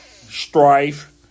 strife